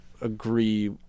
agree